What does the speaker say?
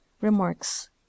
Remarks